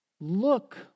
look